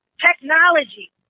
technology